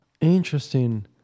Interesting